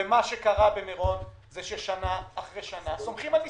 ומה שקרה במירון זה ששנה אחרי שנה סומכים על ניסים.